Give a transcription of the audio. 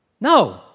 No